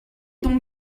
donc